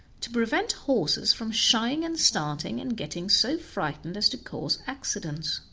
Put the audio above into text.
to prevent horses from shying and starting, and getting so frightened as to cause accidents.